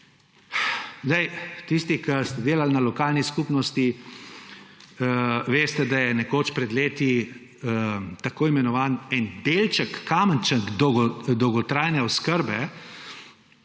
Tisti, ki ste delali na lokalni skupnosti, veste, da je nekoč, pred leti, tako imenovani en delček, kamenček dolgotrajne oskrbe,